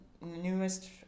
newest